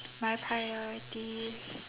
my priorities